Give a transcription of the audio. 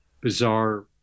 bizarre